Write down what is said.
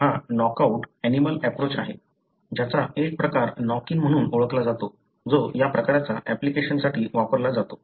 हा नॉकआउटऍनिमलं एप्रोच आहे ज्याचा एक प्रकार नॉक इन ओळखला जातो जो या प्रकारचा अँप्लिकेशन्ससाठी वापरला जातो